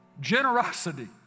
generosity